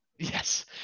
Yes